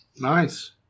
Nice